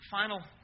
final